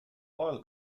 oil